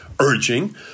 urging